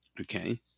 okay